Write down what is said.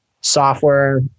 software